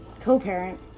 co-parent